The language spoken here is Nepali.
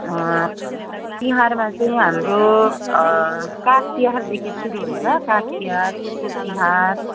तिहारमा चाहिँ हाम्रो काग तिहारदेखि सुरु हुन्छ काग तिहार कुकुर तिहार